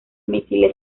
misiles